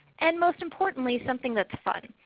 and most importantly, something that is fun,